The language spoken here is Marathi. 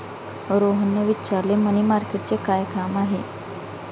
रोहनने विचारले, मनी मार्केटचे काय काम आहे?